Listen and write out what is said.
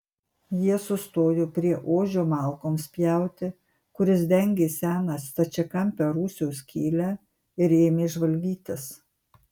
jie sustojo prie ožio malkoms pjauti kuris dengė seną stačiakampę rūsio skylę ir ėmė žvalgytis